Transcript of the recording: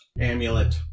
amulet